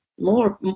more